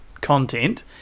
content